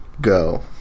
go